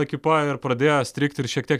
ekipa ir pradėjo strigt ir šiek tiek